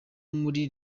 muri